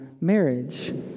marriage